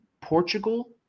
Portugal